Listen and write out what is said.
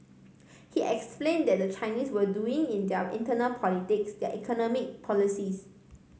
he explained that the Chinese were doing in their internal politics their economic policies